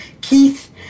Keith